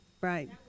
Right